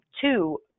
two